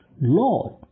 Lord